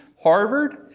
Harvard